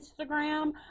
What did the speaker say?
Instagram